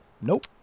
nope